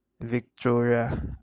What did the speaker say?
Victoria